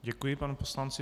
Děkuji panu poslanci.